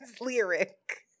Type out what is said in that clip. lyric